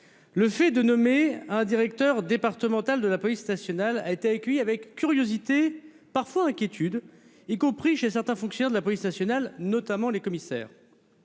Le fait de nommer [...] des directeurs départementaux de la police nationale a été accueilli avec curiosité, parfois avec inquiétude, y compris chez certains fonctionnaires de la police nationale, notamment les commissaires.